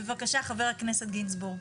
בבקשה, חבר הכנסת גינזבורג.